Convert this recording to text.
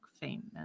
famous